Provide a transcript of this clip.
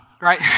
Right